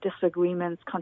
disagreements